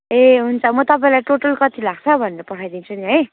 ए हुन्छ म तपाईँलाई टोटल कति लाग्छ भनेर पठाइदिन्छु नि है